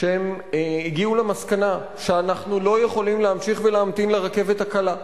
כשהם הגיעו למסקנה שאנחנו לא יכולים להמשיך להמתין לרכבת הקלה,